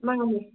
ꯃꯥꯅꯤ